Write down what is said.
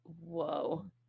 Whoa